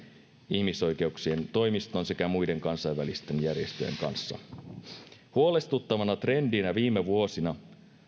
ihmisoikeuksien toimiston sekä muiden kansainvälisten järjestöjen kanssa huolestuttavana trendinä viime vuosina